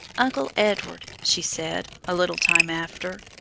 uncle edward, she said, a little time after,